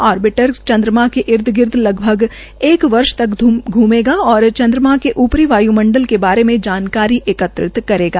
orbiter चन्द्रमा के ईद गिर्द लगभग एक वर्ष तक घूमेगा और चन्द्रमा के ऊपरी वाय्मंडल के बारे में जानकारी एकत्रित करेगा